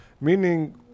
meaning